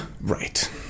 right